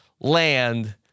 land